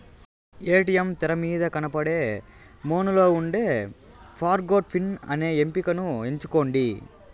ATM తెరమీద కనబడే మెనూలో ఉండే ఫర్గొట్ పిన్ అనే ఎంపికని ఎంచుకోండి